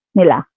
nila